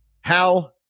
Hal